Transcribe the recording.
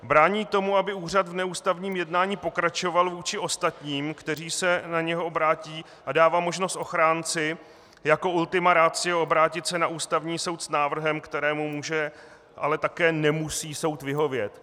Brání tomu, aby úřad v neústavním jednání pokračoval vůči ostatním, kteří se na něho obrátí, a dává možnost ochránci jako ultima ratio obrátit se na Ústavní soud s návrhem, kterému může, ale také nemusí soud vyhovět.